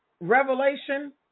revelation